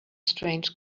strange